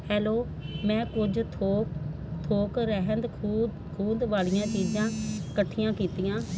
hello ਮੈਂ ਕੁਝ ਥੋ ਥੋਕ ਰਹਿੰਦ ਖੁੰ ਖੂੰਹਦ ਵਾਲੀਆਂ ਚੀਜ਼ਾਂ ਇਕੱਠੀਆਂ ਕੀਤੀਆਂ